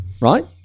right